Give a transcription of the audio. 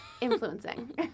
influencing